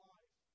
Life